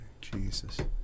Jesus